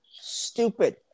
Stupid